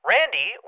Randy